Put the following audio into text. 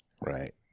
Right